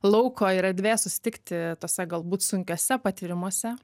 lauko ir erdvės susitikti tuose galbūt sunkiuose patyrimuose